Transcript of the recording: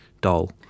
doll